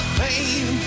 pain